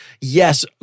yes